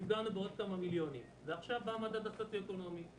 עכשיו בא המדד הסוציואקונומי.